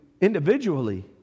individually